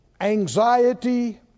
anxiety